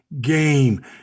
game